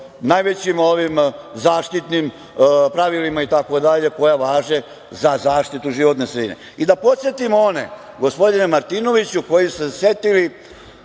najvećim zaštitnim pravilima itd, koja važe za zaštitu životne sredine. Da podsetimo one, gospodine Martinoviću, koji su se setili,